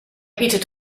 bietet